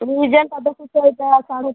ତୁମେ ଇ ଯେନ୍ଟା ଦେଖୁଛ ଏଇଟା ସାଢ଼େ